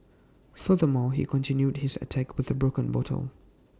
furthermore he continued his attack with A broken bottle